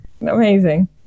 amazing